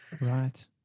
Right